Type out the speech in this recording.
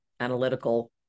analytical